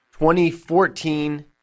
2014